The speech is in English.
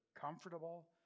comfortable